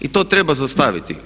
I to treba zaustaviti.